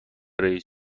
رئیس